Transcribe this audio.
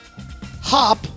Hop